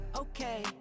Okay